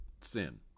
sin